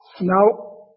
Now